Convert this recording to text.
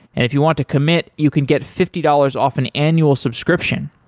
if you want to commit, you can get fifty dollars off an annual subscription.